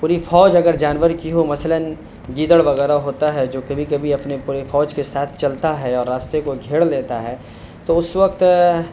پوری فوج اگر جانور کی ہو مثلاً گیدڑ وغیرہ ہوتا ہے جو کبھی کبھی اپنی پورے فوج کے ساتھ چلتا ہے اور راستے کو گھیر لیتا ہے تو اس وقت